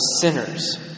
sinners